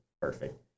perfect